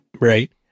Right